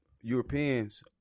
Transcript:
Europeans